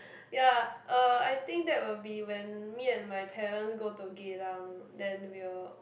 ya uh I think that will be when me and my parents go to Geylang then we'll